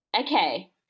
Okay